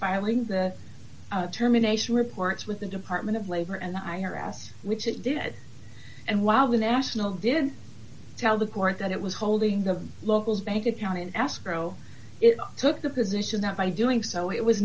filing terminations reports with the department of labor and i harassed which it did and while the national did tell the court that it was holding the locals bank account in escrow it took the position that by doing so it was